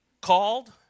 called